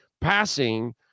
passing